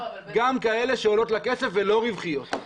גם כאלה שעולות לה כסף ולא רווחיות,